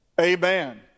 Amen